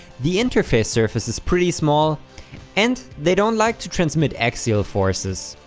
the interface surface is pretty small and they don't like to transmit axial forces.